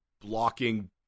blocking